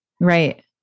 Right